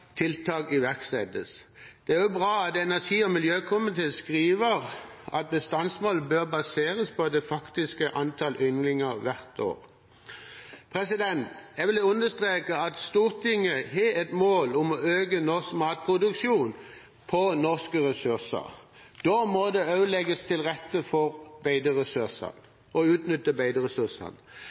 tiltak iverksettes. Det er også bra at energi- og miljøkomiteen skriver at bestandsmålet bør baseres på det faktiske antall ynglinger hvert år. Jeg vil understreke at Stortinget har et mål om å øke norsk matproduksjon på norske ressurser. Da må det også legges til rette for beiteressurser og for å utnytte